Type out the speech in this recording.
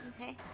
Okay